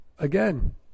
Again